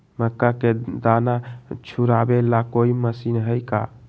मक्का के दाना छुराबे ला कोई मशीन हई का?